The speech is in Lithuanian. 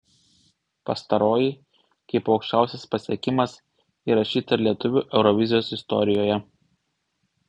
pastaroji kaip aukščiausias pasiekimas įrašyta ir lietuvių eurovizijos istorijoje